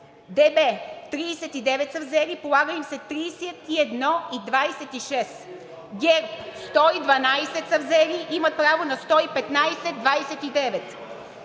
ДБ – 39 са взели, полага им се 31,26. ГЕРБ – 112 са взели, имат право на 115,29.